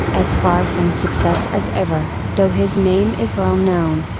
as far from success as ever, though his name is well known.